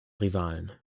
rivalen